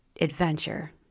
adventure